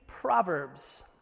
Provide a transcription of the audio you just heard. Proverbs